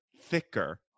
thicker